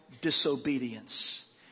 disobedience